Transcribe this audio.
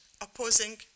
opposing